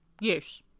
Yes